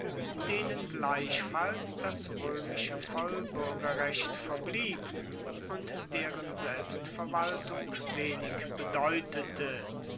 denen gleichfalls das roemische vollbuergerrecht verblieb und deren selbstverwaltung wenig bedeutete